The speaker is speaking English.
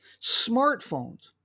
smartphones